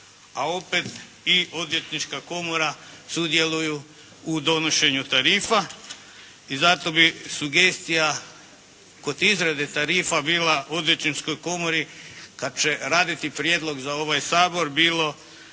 a opet i Odvjetnička komora sudjeluju u donošenju tarifa i zato bi sugestija kod izrade tarifa bila Odvjetničkoj komori kad će raditi prijedlog za ovaj Sabor bilo